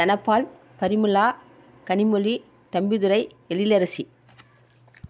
Dhanapal Parimala Kanimozhi Thambidurai Ezhilarasi